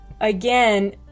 again